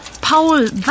Paul